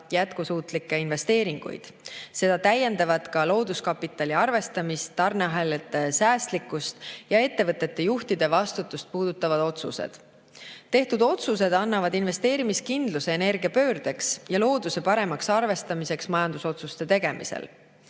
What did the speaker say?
jätkusuutlikke investeeringuid. Seda täiendavad ka looduskapitali arvestamist, tarneahelate säästlikkust ja ettevõtete juhtide vastutust puudutavad otsused. Tehtud otsused annavad investeerimiskindluse energiapöördeks ja looduse paremaks arvestamiseks majandusotsuste tegemisel.